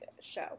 show